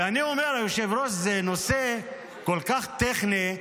ואני אומר, היושב-ראש, זה נושא כל כך טכני,